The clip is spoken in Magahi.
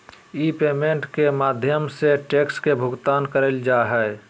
ई पेमेंट के माध्यम से टैक्स के भुगतान करल जा हय